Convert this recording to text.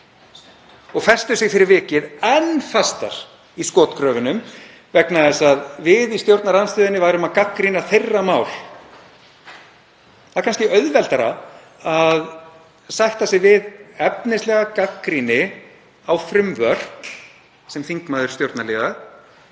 og festu sig fyrir vikið enn fastar í skotgröfunum vegna þess að við í stjórnarandstöðunni værum að gagnrýna þeirra mál. Það er kannski auðveldara að sætta sig við efnislega gagnrýni á frumvörp sem þingmaður stjórnarliðsins